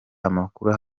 amakuru